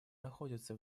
находятся